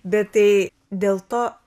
bet tai dėl to